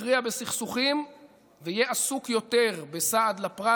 יכריע בסכסוכים ויהיה עסוק יותר בסעד לפרט